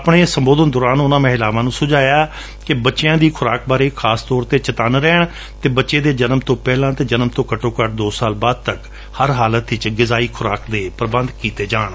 ਆਪਣੇ ਸੰਬੋਧਨ ਦੌਰਾਨ ਉਨ੍ਪਾਂ ਮਹਿਲਾਵਾਂ ਨੂੰ ਸੁਝਾਇਆ ਕਿ ਬੱਚਿਆਂ ਦੀ ਖੁਰਾਕ ਬਾਰੇ ਖਾਸ ਤੌਰ ਤੇ ਚਤੱਨ ਰਹਿਣ ਅਤੇ ਬੱਚੇ ਦੇ ਜਨਮ ਤੋਂ ਪਹਿਲਾਂ ਅਤੇ ਜਨਮ ਤੋਂ ਘੱਟੋਘੱਟ ਦੋ ਸਾਲ ਬਾਅਦ ਤੱਕ ਹਰ ਹਾਲਤ ਵਿਚ ਗਿਜਾਵੀ ਖੁਰਾਕ ਦੇ ਪ੍ਰਬੰਧ ਕੀਤੇ ਜਾਣ